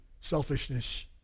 selfishness